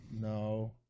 No